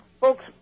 Folks